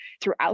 throughout